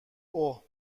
اوه